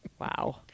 Wow